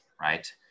right